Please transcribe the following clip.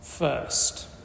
First